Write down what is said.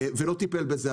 ולא טיפל בזה.